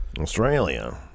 Australia